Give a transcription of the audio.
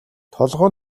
толгой